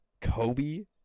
Kobe